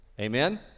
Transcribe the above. Amen